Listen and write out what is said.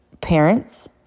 parents